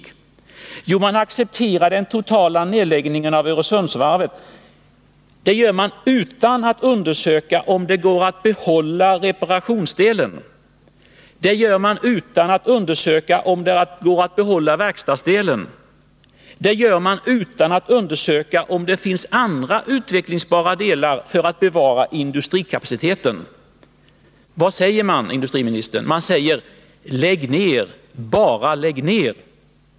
Här handlar det om att man accepterar den —& november 1980 totala nedläggningen av Öresundsvarvet utan att undersöka om det går att behålla reparationsdelen, utan att undersöka om det går att behålla Om Öresundsverkstadsdelen, utan att undersöka om det finns andra utvecklingsbara delar för att bevara industrikapaciteten. Vad gör man i stället? Man säger: Lägg ned, bara lägg ned!